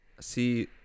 See